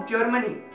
Germany